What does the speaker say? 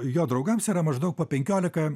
jo draugams yra maždaug po penkiolika